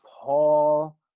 Paul